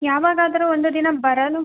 ಯಾವಾಗಾದರೂ ಒಂದು ದಿನ ಬರಲು